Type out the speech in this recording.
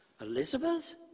Elizabeth